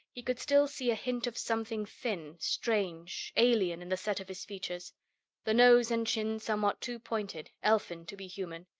he could still see a hint of something thin, strange, alien in the set of his features the nose and chin somewhat too pointed, elfin, to be human.